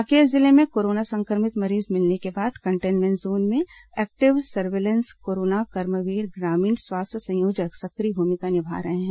कांकेर जिले में कोरोना संक्रमित मरीज मिलने के बाद कंटेन्मेंट जोन में एक्टिव सर्विलेंस कोरोना कर्मवीर ग्रामीण स्वास्थ्य संयोजक सक्रिय भूमिका निभा रहे हैं